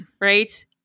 Right